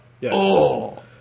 Yes